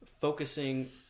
Focusing